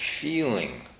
feeling